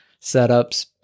setups